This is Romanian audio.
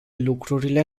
lucrurile